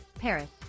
Paris